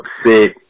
upset